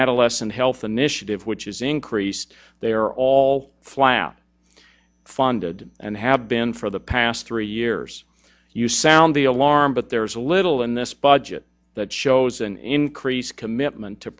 adolescent health initiative which is increased they are all flat funded and have been for the past three years you sound the alarm but there is a little in this budget that shows an increase commitment to